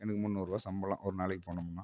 எனக்கு முந்நூறுபா சம்பளம் ஒரு நாளைக்கு போனோமுனா